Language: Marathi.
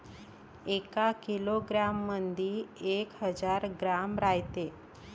एका किलोग्रॅम मंधी एक हजार ग्रॅम रायते